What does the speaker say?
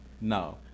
No